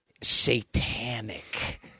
Satanic